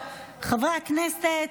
חברי הכנסת,